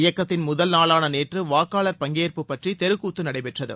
இயக்கத்தின் முதல் நாளான நேற்று வாக்காளர் பங்கேற்பு பற்றி தெரு கூத்து நடைபெற்றது